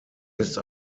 ist